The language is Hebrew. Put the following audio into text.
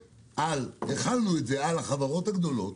החלנו את זה על החברות הגדולות